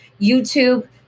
YouTube